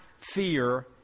fear